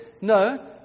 no